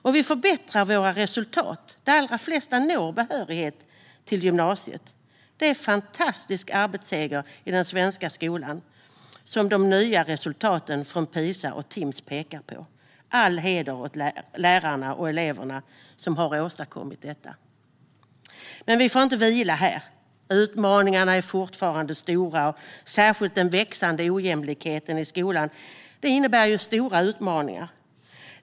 Och vi förbättrar våra resultat - de allra flesta når behörighet till gymnasiet. Det är en fantastisk arbetsseger i den svenska skolan som de nya resultaten från PISA och Timss pekar på. All heder åt lärarna och eleverna som har åstadkommit detta! Men vi får inte vila här. Utmaningarna är fortfarande stora. Särskilt den växande ojämlikheten i skolan innebär stora utmaningar.